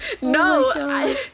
No